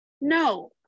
no